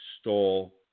stall